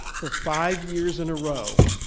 for five years in a row,